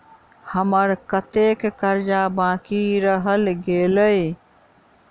हम्मर कत्तेक कर्जा बाकी रहल गेलइ?